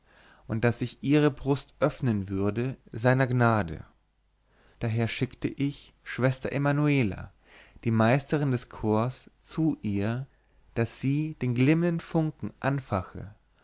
und daß sich ihre brust öffnen würde seiner gnade daher schickte ich schwester emanuela die meisterin des chors zu ihr daß sie den glimmenden funken anfache